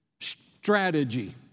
strategy